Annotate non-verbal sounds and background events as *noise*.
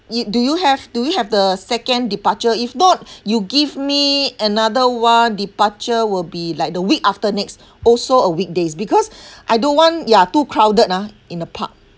it do you have do you have the second departure if not *breath* you give me another [one] departure will be like the week after next also a weekdays because *breath* I don't want ya too crowded ah in the park